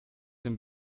dem